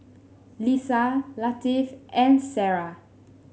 Lisa Latif and Sarah